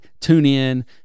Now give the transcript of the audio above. TuneIn